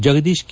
Jagadish K